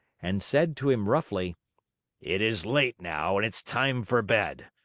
and said to him roughly it is late now and it's time for bed.